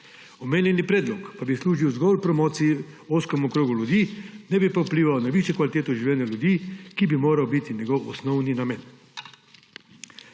Omenjeni predlog bi služil zgolj promociji ozkega kroga ljudi, ne bi pa vplival na višjo kvaliteto življenja ljudi, kar bi moral biti njegov osnovni namen.